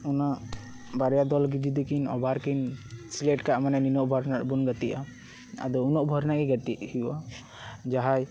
ᱚᱱᱟ ᱵᱟᱨᱭᱟ ᱫᱚᱞ ᱜᱮ ᱡᱩᱫᱤ ᱠᱤᱱ ᱳᱵᱷᱟᱨ ᱠᱤᱱ ᱥᱤᱞᱮᱠᱴ ᱠᱟᱜ ᱢᱟᱱᱮ ᱱᱤᱱᱟᱹᱜ ᱳᱵᱷᱟᱨ ᱨᱮᱱᱟᱜ ᱵᱚᱱ ᱜᱟᱛᱮᱜᱼᱟ ᱟᱫᱚ ᱩᱱᱟᱹᱜ ᱳᱵᱷᱟᱨ ᱨᱮᱱᱟᱜ ᱜᱮ ᱜᱟᱛᱮᱜ ᱦᱩᱭᱩᱜᱼᱟ ᱡᱟᱦᱟᱸᱭ